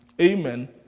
Amen